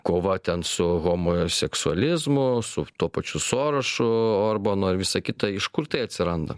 kova ten su homoseksualizmu su tuo pačiu sorošu orbanu ir visa kita iš kur tai atsiranda